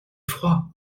froid